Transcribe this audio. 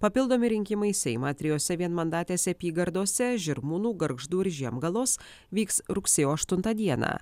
papildomi rinkimai į seimą trijose vienmandatėse apygardose žirmūnų gargždų ir žiemgalos vyks rugsėjo aštuntą dieną